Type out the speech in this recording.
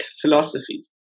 philosophy